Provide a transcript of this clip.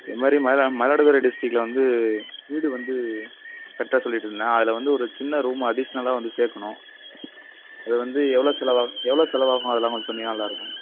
இதுமாரி மயிலாடுதுறை டிஸ்ட்டிரிக்ல வந்து வீடு வந்து கட்ட சொல்லிட்டுருந்தேன் அதில் வந்து ஒரு சின்ன ரூமாக அடிஷ்னலாக வந்து சேர்க்கணும் அது வந்து எவ்வளோ செலவாகும் எவ்வளோ செலவாகும் அதெல்லாம் கொஞ்சம் சொன்னிங்கனா நல்லாயிருக்கும்